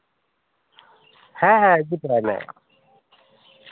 ᱦᱮᱸ ᱦᱮᱸ ᱤᱫᱤ ᱛᱚᱨᱟᱭ ᱢᱮ